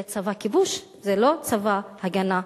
זה צבא כיבוש, זה לא צבא הגנה.